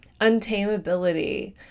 untamability